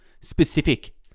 Specific